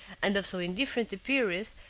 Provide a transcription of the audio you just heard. and of so indifferent appearance,